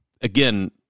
again